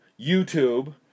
YouTube